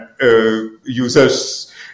users